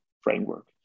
framework